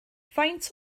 faint